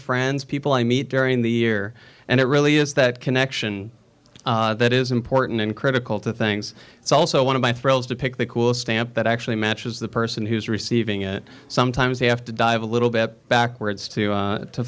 friends people i meet during the year and it really is that connection that is important and critical to things it's also one of my friends to pick the cool stamp that actually matches the person who's receiving it sometimes they have to dive a little bit backwards to